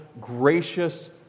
gracious